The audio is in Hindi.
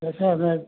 जैसे हमें